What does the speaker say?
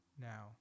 now